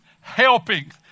helping